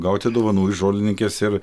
gauti dovanų iš žolininkės ir